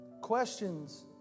questions